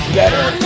better